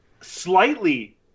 Slightly